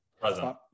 present